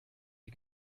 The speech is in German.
die